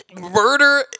murder